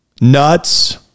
nuts